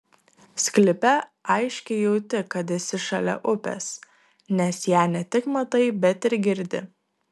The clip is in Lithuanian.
sklype aiškiai jauti kad esi šalia upės nes ją ne tik matai bet ir girdi